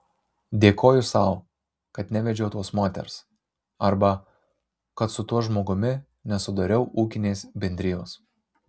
dėkoju sau kad nevedžiau tos moters arba kad su tuo žmogumi nesudariau ūkinės bendrijos